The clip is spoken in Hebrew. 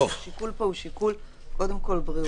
השיקול פה הוא שיקול קודם כול בריאותי.